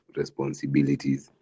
responsibilities